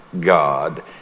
God